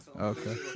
Okay